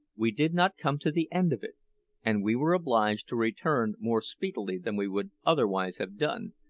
we did not come to the end of it and we were obliged to return more speedily than we would otherwise have done,